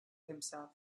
himself